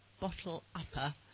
bottle-upper